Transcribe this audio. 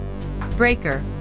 Breaker